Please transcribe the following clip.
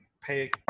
pay